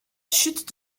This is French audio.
chute